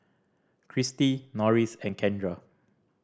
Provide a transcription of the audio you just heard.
Kristie Norris and Kendra